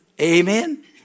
Amen